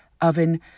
Oven